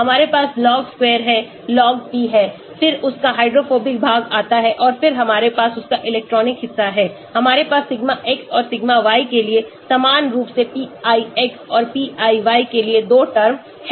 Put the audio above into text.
हमारे पास log square है log p है फिर उसका हाइड्रोफोबिक भाग आता है और फिर हमारे पास उसका इलेक्ट्रॉनिक हिस्सा है हमारे पास सिग्मा x और सिग्मा y के लिए समान रूप से pix और pi y के लिए 2 टर्म हैं